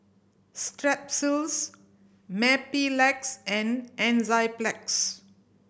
Strepsils Mepilex and Enzyplex